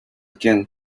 again